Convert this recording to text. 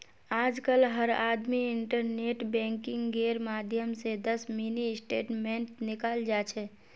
आजकल हर आदमी इन्टरनेट बैंकिंगेर माध्यम स दस मिनी स्टेटमेंट निकाल जा छ